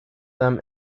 them